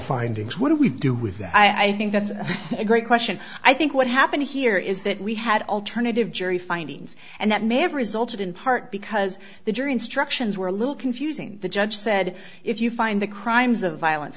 findings what do we do with that i think that's a great question i think what happened here is that we had alternative jury findings and that may have resulted in part because the jury instructions were a little confusing the judge said if you find the crimes of violen